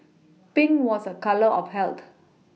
Pink was a colour of health